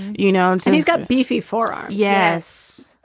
you know. and he's got beefy for. um yes